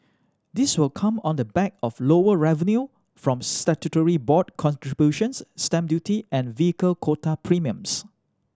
this will come on the back of lower revenue from statutory board contributions stamp duty and vehicle quota premiums